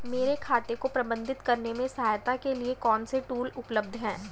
मेरे खाते को प्रबंधित करने में सहायता के लिए कौन से टूल उपलब्ध हैं?